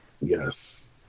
Yes